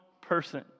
person